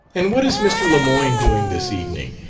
and what is mr. lemoyne doing this evening?